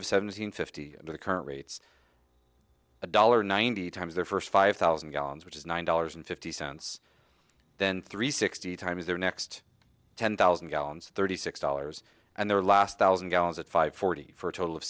of seven hundred fifty the current rates a dollar ninety times their first five thousand gallons which is nine dollars and fifty cents then three sixty times their next ten thousand gallons thirty six dollars and their last thousand gallons at five forty for a total of